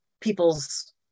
people's